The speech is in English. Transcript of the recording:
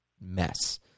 mess